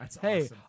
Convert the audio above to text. Hey